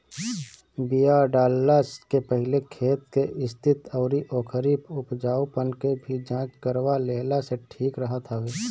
बिया डालला के पहिले खेत के स्थिति अउरी ओकरी उपजाऊपना के भी जांच करवा लेहला से ठीक रहत हवे